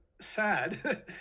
sad